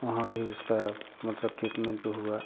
वहाँ भी उसका मतलब ट्रीटमेंट हुआ